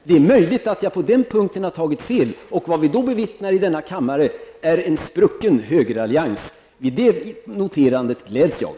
Det är möjligt att jag på den punkten har tagit fel. Vad vi då bevittnar i denna kammare är en sprucken högerallians. I det noterandet gläds jag.